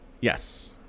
Yes